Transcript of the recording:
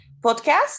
Podcast